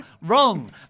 Wrong